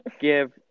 give